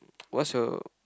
what's your